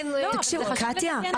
קטיה,